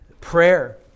prayer